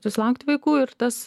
susilaukt vaikų ir tas